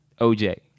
OJ